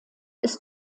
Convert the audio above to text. ist